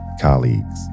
colleagues